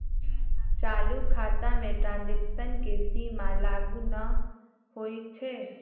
चालू खता में ट्रांजैक्शन के सीमा लागू न होइ छै